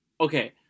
Okay